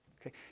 Okay